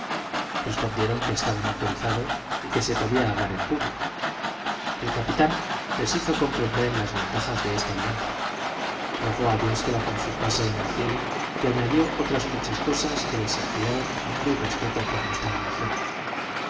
respondieron que estaban autorizados y que se podía hablar en público el capitán les hizo comprender las ventajas de esta alianza rog ó a dios que la confirmase en el cielo y añadió otras muchas cosas que les inspiraron amor y respeto por nuestra religión